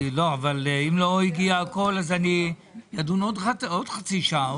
אבל אם לא הגיע הכול אז אפשר לדון בזה בעוד חצי שעה,